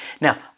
Now